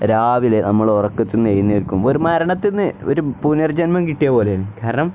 രാവിലെ നമ്മൾ ഉറക്കത്തിൽ നിന്ന് എഴ്ന്നേക്കുമ്പം ഒരു മരണത്തിൽ നിന്ന് ഒരു പുനർജന്മം കിട്ടിയത് പോലെയാണ് കാരണം